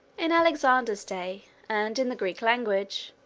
in alexander's day, and in the greek language,